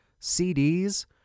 CDs